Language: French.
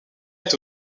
est